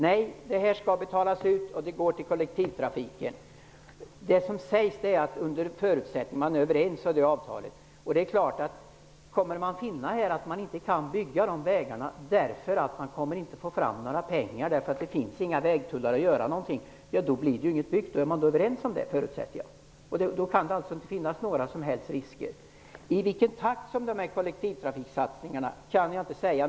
Pengarna skall betalas ut och de skall gå till kollektivtrafiken. Det sägs i betänkandet att det skall ske under förutsättning att man är överens om avtalet. Om det visar sig att man inte kan bygga vägarna därför att det inte finns några vägtullar och man inte får fram några pengar, då blir det inget byggt. Jag förutsätter att man då är överens om det. Det kan inte finnas några som helst risker. I vilken takt kollektivtrafiksatsningarna kan göras kan jag inte säga.